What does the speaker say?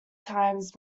times